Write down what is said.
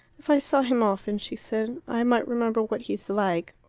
if i saw him often, she said, i might remember what he is like.